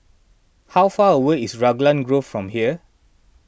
how far away is Raglan Grove from here